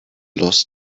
lost